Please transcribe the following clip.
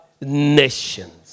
nations